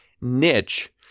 niche